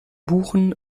buchen